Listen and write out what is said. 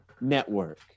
network